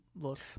looks